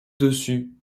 dessus